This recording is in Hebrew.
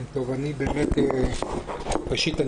ראשית,